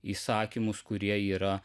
įsakymus kurie yra